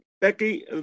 Becky